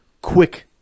quick